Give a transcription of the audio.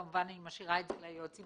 אני כמובן משאירה את זה ליועצים